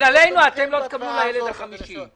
שבגללנו אתם לא תקבלו לילד הרביעי והחמישי.